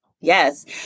Yes